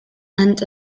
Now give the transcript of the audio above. and